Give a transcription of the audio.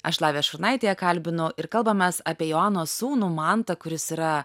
aš lavija šurnaitė ją kalbinu ir kalbamės apie joanos sūnų mantą kuris yra